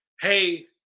hey